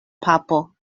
papo